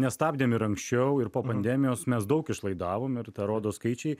nestabdėm ir anksčiau ir po pandemijos mes daug išlaidavom ir tą rodo skaičiai